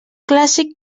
clàssic